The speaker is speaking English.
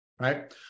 right